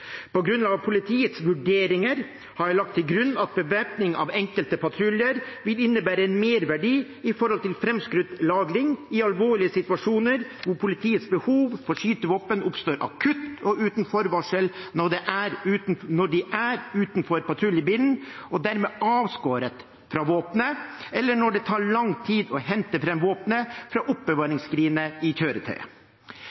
På grunnlag av politiets vurderinger har jeg lagt til grunn at bevæpning av enkelte patruljer vil innebære en merverdi i forhold til framskutt lagring i alvorlige situasjoner hvor politiets behov for skytevåpen oppstår akutt og uten forvarsel når de er utenfor patruljebilen og dermed avskåret fra våpenet, eller når det tar lang tid å hente fram våpenet fra